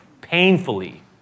painfully